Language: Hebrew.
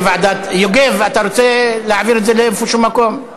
יוגב, אתה רוצה להעביר את זה לאיזשהו מקום?